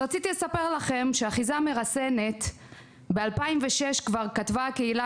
רציתי לספר לכם שב-2006 כתבה הקהילה